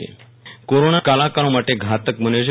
વિરલ રાણા અવસાન કોરોના કલાકારો માટે ઘાતક બન્યો છે